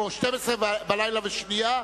או שנייה אחרי 24:00,